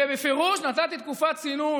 ובפירוש נתתי תקופת צינון.